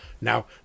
Now